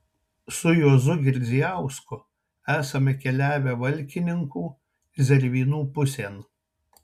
su juozu girdzijausku esame keliavę valkininkų zervynų pusėn